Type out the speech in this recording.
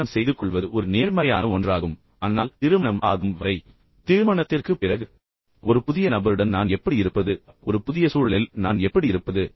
திருமணம் செய்துகொள்வது ஒரு நேர்மறையான ஒன்றாகும் ஆனால் திருமணம் ஆகும் வரை திருமணத்திற்குப் பிறகு ஒரு புதிய நபருடன் நான் எப்படி இருப்பது ஒரு புதிய சூழலில் நான் எப்படி இருப்பது